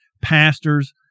pastors